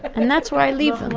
and that's where i leave them.